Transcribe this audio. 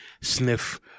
sniff